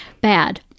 bad